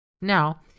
Now